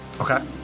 Okay